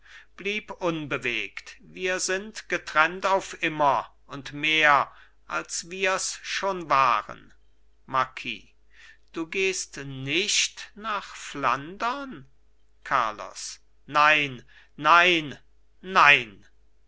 blieb unbewegt wir sind getrennt auf immer und mehr als wirs schon waren marquis du gehst nicht nach flandern carlos nein nein nein